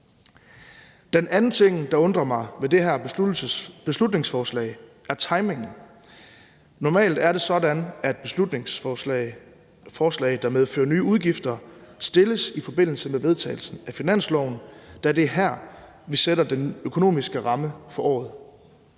Den anden ting, der undrer mig ved det her beslutningsforslag, er timingen. Normalt er det sådan, at forslag, der medfører nye udgifter, fremsættes i forbindelse med vedtagelsen af finansloven, da det er her, vi sætter den økonomiske ramme for året.